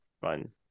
fun